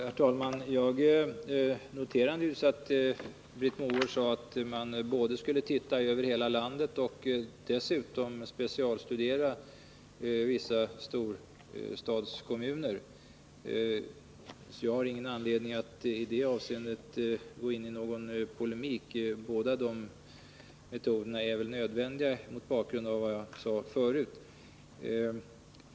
Herr talman! Jag noterar naturligtvis att Britt Mogård sade att man både skulle titta över hela landet och specialstudera vissa storstadskommuner. I det avseendet har jag ingen anledning att gå in i någon polemik. Båda de metoderna är väl nödvändiga mot bakgrund av vad jag sade förut.